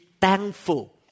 thankful